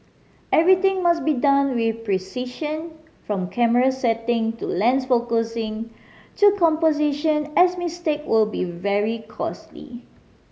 everything must be done with precision from camera setting to lens focusing to composition as mistake will be very costly